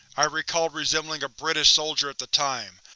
i recalled resembling a british soldier at the time.